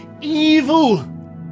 evil